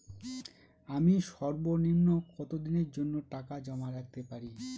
আমি সর্বনিম্ন কতদিনের জন্য টাকা জমা রাখতে পারি?